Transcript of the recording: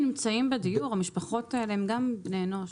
בדיור הציבורי הן בני אנוש.